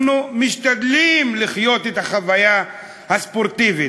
אנחנו משתדלים לחיות את החוויה הספורטיבית,